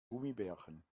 gummibärchen